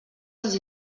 ens